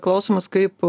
klausimas kaip